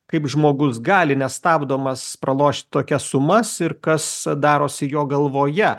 kaip žmogus gali nestabdomas pralošt tokias sumas ir kas darosi jo galvoje